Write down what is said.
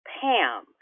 Pam